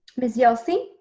ms. yelsey?